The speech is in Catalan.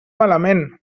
malament